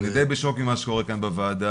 אני די בשוק ממה שקורה כאן בוועדה.